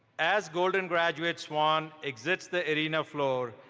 as golden graduate swan exits the arena floor,